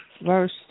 verse